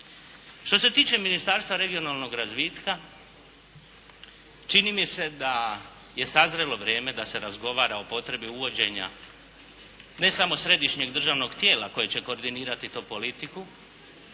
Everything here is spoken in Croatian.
Što se tiče Ministarstva regionalnog razvitka, čini mi se da je sazrelo vrijeme da se razgovara o potrebi uvođenja ne samo središnjeg državnog tijela koje će koordinirati to politiku,